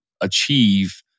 achieve